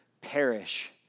perish